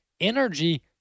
energy